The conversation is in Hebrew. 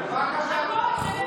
דוחים הכול.